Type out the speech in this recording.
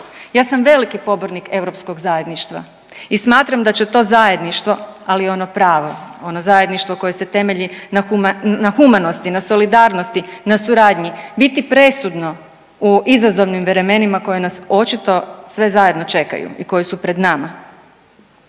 Ja sam veliki pobornik europskog zajedništva i smatram da će to zajedništvo, ali ono pravo, ono zajedništvo koje se temelji na humanosti, na solidarnosti, na suradnji biti presudno u izazovnim vremenima koja nas očito sve zajedno čekaju i koji su pred nama.